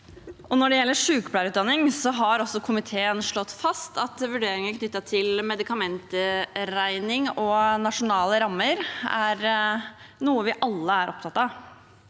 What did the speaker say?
Når det gjelder sykepleierutdanningen, har komiteen slått fast at vurderinger knyttet til medikamentregning og nasjonale rammer er noe vi alle er opptatt av.